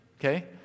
okay